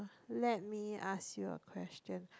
let me ask you a question